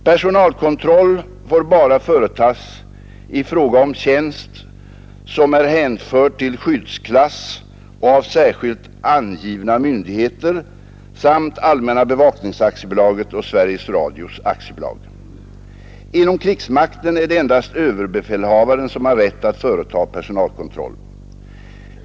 Personalkontroll får bara företas i fråga om tjänst som är hänförd till skyddsklass och av särskilt angivna myndigheter samt Allmänna bevaknings AB och Sveriges Radio AB. Inom krigsmakten är det endast överbefälhavaren som har rätt att företa personalkontroll.